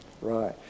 Right